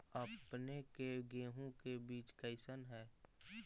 अपने के गेहूं के बीज कैसन है?